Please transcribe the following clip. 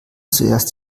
zuerst